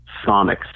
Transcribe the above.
Sonics